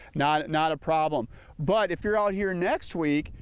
not not a problem but if you are out here next week,